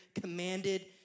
commanded